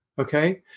Okay